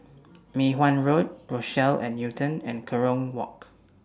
Mei Hwan Road Rochelle At Newton and Kerong Walk